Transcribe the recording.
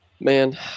Man